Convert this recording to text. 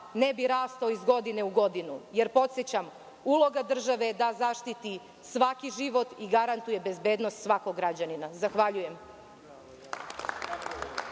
ne bi rastao iz godine u godinu, jer, podsećam, uloga države je da zaštiti svaki život i garantuje bezbednost svakog građanina. Zahvaljujem.